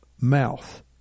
mouth